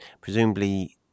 presumably